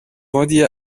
vendit